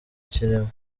kirimo